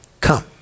come